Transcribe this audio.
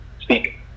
speak